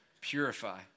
purify